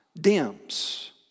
dims